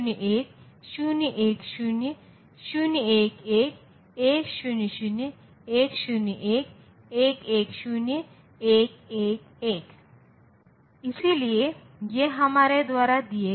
इसलिए 16 23 ऋण 16 आपको 7 के साथ छोड़ देते हैं